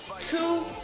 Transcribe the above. two